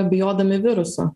bijodami viruso